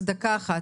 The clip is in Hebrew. אז דקה אחת.